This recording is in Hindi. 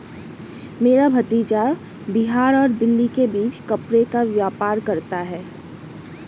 मेरा भतीजा बिहार और दिल्ली के बीच कपड़े का व्यापार करता है